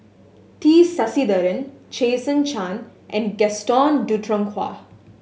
T Sasitharan Jason Chan and Gaston Dutronquoy